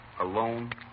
Alone